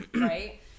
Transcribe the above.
Right